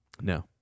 No